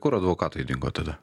kur advokatai dingo tada